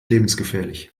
lebensgefährlich